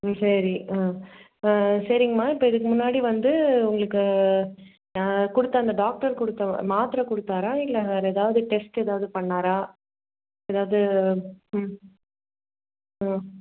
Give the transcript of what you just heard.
ம் சரி ஆ சரிங்மா இப்போ இதுக்கு முன்னாடி வந்து உங்களுக்கு கொடுத்த அந்த டாக்டர் கொடுத்த மாத்திரை கொடுத்தாரா இல்லை வேற ஏதாவது டெஸ்ட் ஏதாவது பண்ணாரா ஏதாவது ம் ஆ